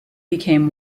became